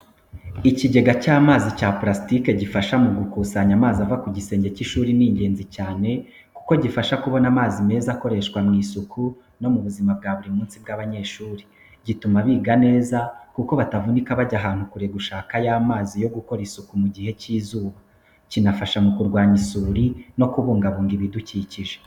Ikigega cy’amazi cya purasitike gifasha mu gukusanya amazi ava ku gisenge cy’ishuri ni ingenzi cyane kuko gifasha kubona amazi meza akoreshwa mu isuku no mu buzima bwa buri munsi bw’abanyeshuri. Gituma biga mu neza kuko batavunika bajya ahantu kure gushaka amazi yo gukora isuku mu gihe cy'izuba. Kinafasha mu kurwanya isuri no kubungabunga ibidukikije.